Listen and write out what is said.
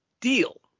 deal